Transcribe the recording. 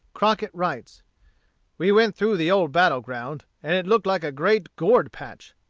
crockett writes we went through the old battle-ground, and it looked like a great gourd-patch.